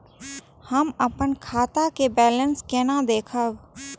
हम अपन खाता के बैलेंस केना देखब?